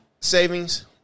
Savings